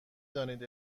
دانید